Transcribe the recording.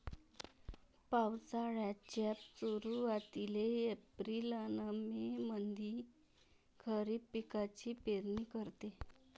पावसाळ्याच्या सुरुवातीले एप्रिल अन मे मंधी खरीप पिकाची पेरनी करते